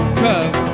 curve